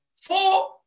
four